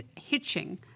Hitching